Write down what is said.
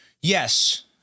Yes